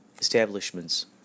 establishments